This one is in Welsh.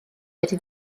wedi